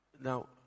Now